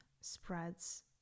spreads